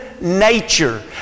nature